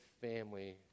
family